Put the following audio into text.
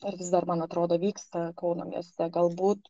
ir vis dar man atrodo vyksta kauno mieste galbūt